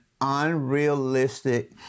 unrealistic